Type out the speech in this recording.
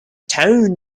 town